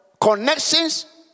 connections